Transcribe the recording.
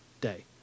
day